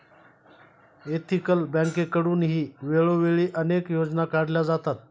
ethical बँकेकडूनही वेळोवेळी अनेक योजना काढल्या जातात